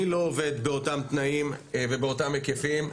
אני לא עובד באותם תנאים ובאותם היקפים,